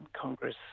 Congress